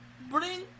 bring